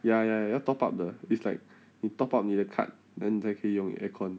ya ya 要 top up 的 it's like 你 top up 你的 card then 才可以用 aircon